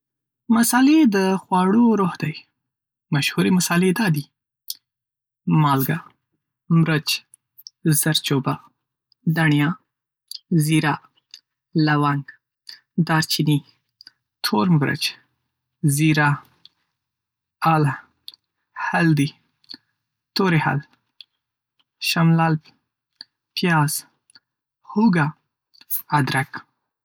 مصالحې د خواړو روح دي. مشهورې مصالحې دا دي: مالګه، مرچ، زردچوبه، دڼیا، زیره، لونګ، دارچیني، تور مرچ، زیره، اله، هلدی، توری هل، شملال، پیاز، هوږه، ادرک، مساله مصالحه، سابه مساله، کشمش، بادام، زعفران، او کاری پاوډر. دا مصالحې د خوړو خوند، بوی او رنګ بدلوي.